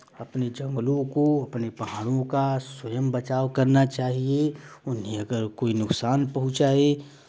अपने जंगलों को अपने पहाड़ों का स्वयं बचाव करना चाहिए उन्हें अगर कोइ नुकसान पहुँचाए